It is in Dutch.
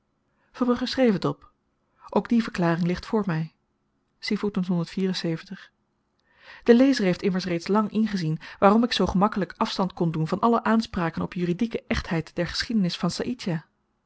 verbrugge schreef het op ook die verklaring ligt voor my de lezer heeft immers reeds lang ingezien waarom ik zoo gemakkelyk afstand kon doen van alle aanspraken op juridieke echtheid der geschiedenis van